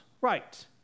right